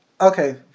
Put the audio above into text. Okay